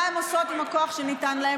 מה הן עושות עם הכוח שניתן להן.